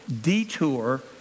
detour